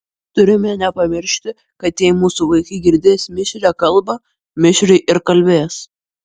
turime nepamiršti kad jei mūsų vaikai girdės mišrią kalbą mišriai ir kalbės